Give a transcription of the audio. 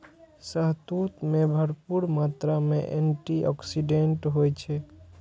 शहतूत मे भरपूर मात्रा मे एंटी आक्सीडेंट होइ छै